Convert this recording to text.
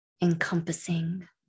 encompassing